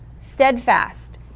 steadfast